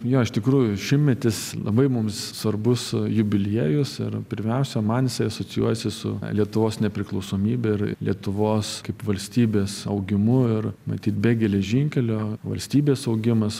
jo iš tikrųjų šimtmetis labai mums svarbus jubiliejus ir pirmiausia man jisai asocijuojasi su lietuvos nepriklausomybe ir lietuvos kaip valstybės augimu ir matyt be geležinkelio valstybės augimas